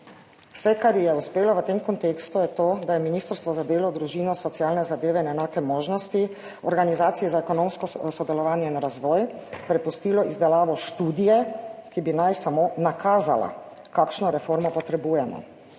Vse, kar ji je uspelo v tem kontekstu, je to, da je Ministrstvo za delo, družino, socialne zadeve in enake možnosti Organizacije za ekonomsko sodelovanje in razvoj prepustilo izdelavo študije, ki bi naj samo nakazala, kakšno reformo potrebujemo.